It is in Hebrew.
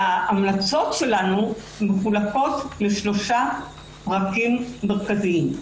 ההמלצות שלנו מחולקות לשלושה פרקים מרכזיים.